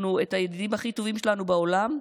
הידידים הכי טובים שלנו בעולם,